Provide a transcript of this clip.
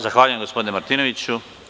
Zahvaljujem, gospodine Martinoviću.